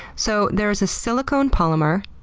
so there's this silicone polymer.